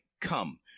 come